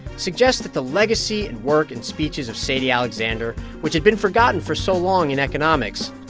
suggests that the legacy and work and speeches of sadie alexander, which had been forgotten for so long in economics,